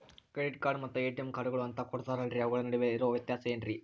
Credit card ಮತ್ತ ATM ಕಾರ್ಡುಗಳು ಅಂತಾ ಕೊಡುತ್ತಾರಲ್ರಿ ಅವುಗಳ ನಡುವೆ ಇರೋ ವ್ಯತ್ಯಾಸ ಏನ್ರಿ?